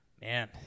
man